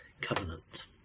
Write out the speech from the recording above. Covenant